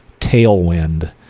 tailwind